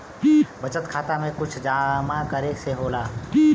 बचत खाता मे कुछ जमा करे से होला?